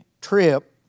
trip